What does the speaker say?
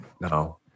No